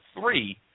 three